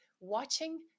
watching